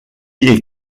est